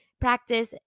practice